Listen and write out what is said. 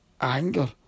anger